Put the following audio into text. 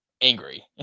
angry